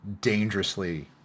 dangerously